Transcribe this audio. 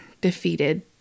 defeated